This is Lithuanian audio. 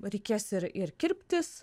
reikės ir ir kirptis